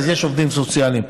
אז יש עובדים סוציאליים.